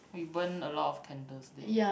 we burn a lot of candles there